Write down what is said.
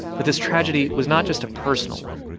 that this tragedy was not just a personal one,